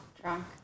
drunk